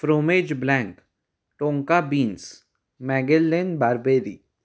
fromage blanc टोमका beans मॅगेलेन barberry